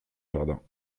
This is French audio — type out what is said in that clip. jardin